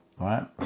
right